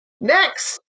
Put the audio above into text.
Next